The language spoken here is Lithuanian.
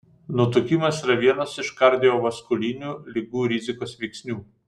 nutukimas yra vienas iš kardiovaskulinių ligų rizikos veiksnių